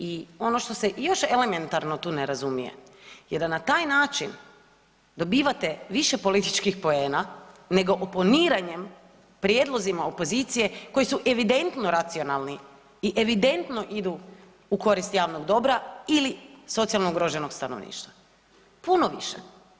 I ono što se još elementarno tu ne razumije je da na taj način dobivate više političkih poena nego oponiranjem prijedlozima opozicije koji se evidentno racionalni i evidentno idu u korist javnog dobra ili socijalno ugroženog stanovništva, puno više.